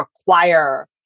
require